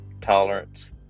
tolerance